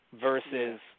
versus